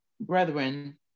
brethren